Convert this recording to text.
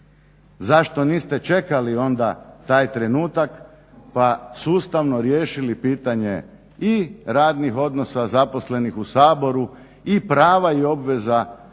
Zašto niste čekali onda taj trenutak, pa sustavno riješili pitanje i radnih odnosa, zaposlenih u Saboru i prava i obveza